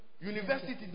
university